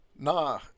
nah